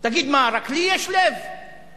תגיד, מה, רק לי יש לב שנקרע?